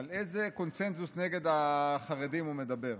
על איזה קונסנזוס נגד החרדים הוא מדבר.